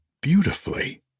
beautifully